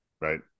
Right